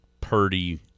Purdy